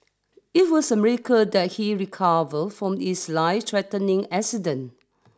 it was a miracle that he recover from his lifethreatening accident